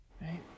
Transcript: Right